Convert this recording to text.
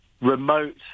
remote